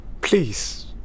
Please